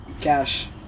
Cash